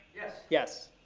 yes. yes.